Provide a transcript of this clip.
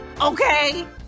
okay